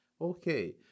okay